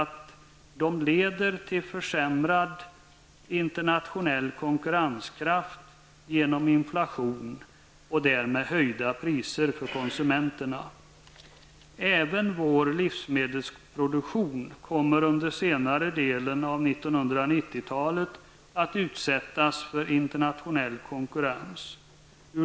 De leder till försämrad internationell konkurrenskraft genom inflation och därmed till höjda priser för konsumenterna. Under den senare delen av 1990 talet kommer även vår livsmedelsproduktion att utsättas för internationell konkurrens.